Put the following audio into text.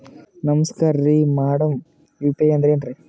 ನಮಸ್ಕಾರ್ರಿ madam UPI ಅಂದ್ರೆನ್ರಿ?